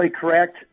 correct